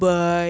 boys